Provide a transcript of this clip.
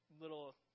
little